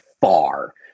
far